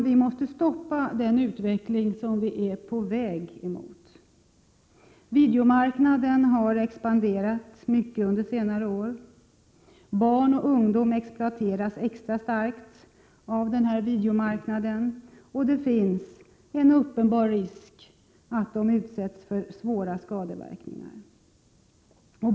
Vi måste stoppa den utveckling som vi är på väg emot. Videomarknaden har expanderat mycket under senare år. Barn och ungdom exploateras extra starkt av denna videomarknad, och det finns en uppenbar risk för att de drabbas av svåra skadeverkningar.